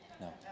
No